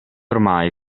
ormai